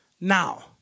now